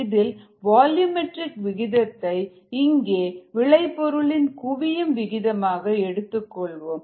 இதில் வால்யூமெட்ரிக் விகிதத்தை இங்கே விளைபொருள் இன் குவியும் விகிதமாக எடுத்துக் கொள்வோம்